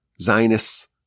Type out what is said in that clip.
Zionist